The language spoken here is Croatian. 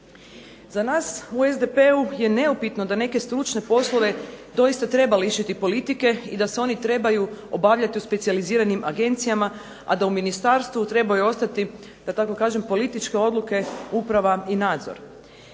Za nas u SDP-u je neupitno da neke stručne poslove doista treba lišiti politike i da se oni trebaju obavljati u specijaliziranim agencijama, a da u ministarstvu trebaju ostati da tko kažem političke odluke uprava i nadzor.